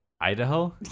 Idaho